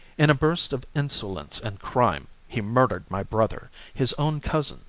in a burst of insolence and crime he murdered my brother, his own cousin,